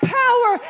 power